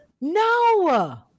No